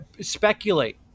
Speculate